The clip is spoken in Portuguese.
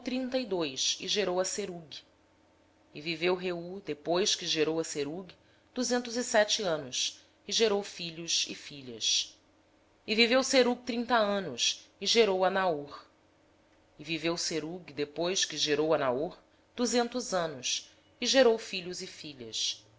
e dois anos e gerou a serugue viveu reú depois que gerou a serugue duzentos e sete anos e gerou filhos e filhas serugue viveu trinta anos e gerou a naor viveu serugue depois que gerou a naor duzentos anos e gerou filhos e filhas